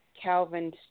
Calvin